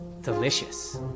delicious